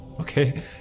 Okay